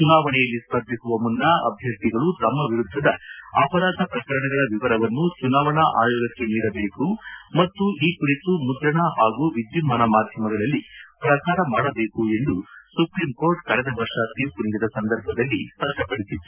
ಚುನಾವಣೆಯಲ್ಲಿ ಸ್ವರ್ಧಿಸುವ ಮುನ್ನ ಅಭ್ಯರ್ಥಿಗಳು ತಮ್ಮ ವಿರುದ್ದದ ಅಪರಾಧ ಪ್ರಕರಣಗಳ ವಿವರವನ್ನು ಚುನಾವಣಾ ಆಯೋಗಕ್ಕೆ ನೀಡಬೇಕು ಮತ್ತು ಈ ಕುರಿತು ಮುದ್ರಣ ಹಾಗೂ ವಿದ್ಯುನ್ಮಾನ ಮಾಧ್ಯಮಗಳಲ್ಲಿ ಪ್ರಸಾರ ಮಾಡಬೇಕು ಎಂದು ಸುಪ್ರೀಂಕೋರ್ಟ್ ಕಳೆದ ವರ್ಷ ತೀರ್ಪು ನೀಡಿದ ಸಂದರ್ಭದಲ್ಲಿ ಸ್ಪಷ್ಟಪಡಿಸಿತ್ತು